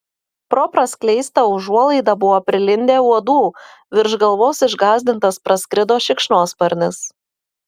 pro praskleistą užuolaidą buvo prilindę uodų virš galvos išgąsdintas praskrido šikšnosparnis